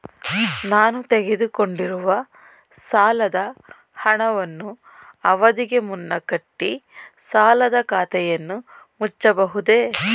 ನಾನು ತೆಗೆದುಕೊಂಡಿರುವ ಸಾಲದ ಹಣವನ್ನು ಅವಧಿಗೆ ಮುನ್ನ ಕಟ್ಟಿ ಸಾಲದ ಖಾತೆಯನ್ನು ಮುಚ್ಚಬಹುದೇ?